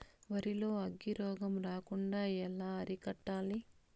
వరి లో అగ్గి రోగం రాకుండా ఎలా అరికట్టాలి?